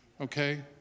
Okay